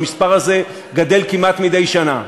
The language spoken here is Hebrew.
והמספר הזה גדל כמעט מדי שנה.